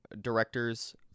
directors